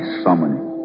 summoning